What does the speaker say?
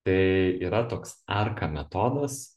tai yra toks arka metodas